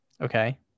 okay